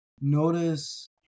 notice